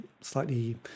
slightly